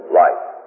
life